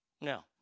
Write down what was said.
No